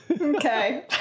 Okay